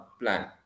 plan